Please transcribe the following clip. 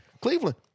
Cleveland